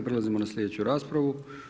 Prelazimo na slijedeću raspravu.